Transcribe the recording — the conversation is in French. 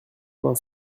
vingt